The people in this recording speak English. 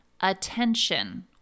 attention